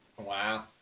Wow